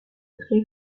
très